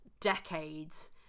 decades